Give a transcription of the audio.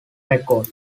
record